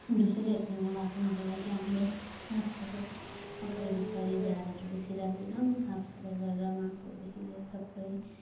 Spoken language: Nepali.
झुसुलेहरूसँग बाँच्नको लागि हामीले साफसफाई अगाडि पछाडि झारहरू बेसी राख्दैनौँ साफसफाई गरेर माटोदेखि लिएर सबै